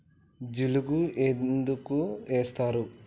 జిలుగు ఎందుకు ఏస్తరు?